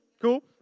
Cool